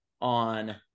on